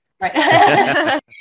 right